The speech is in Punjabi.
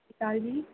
ਸਤਿ ਸ਼੍ਰੀ ਅਕਾਲ ਜੀ